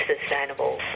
sustainable